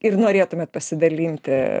ir norėtumėt pasidalinti